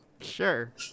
Sure